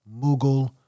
Mughal